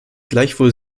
gleichwohl